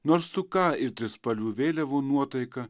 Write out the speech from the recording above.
nors tu ką ir trispalvių vėliavų nuotaika